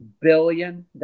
billion